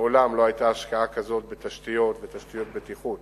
מעולם לא היתה השקעה כזאת בתשתיות ותשתיות בטיחות